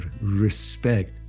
respect